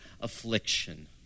affliction